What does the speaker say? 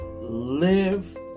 live